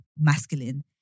masculine